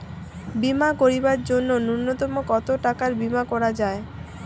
বীমা করিবার জন্য নূন্যতম কতো টাকার বীমা করা যায়?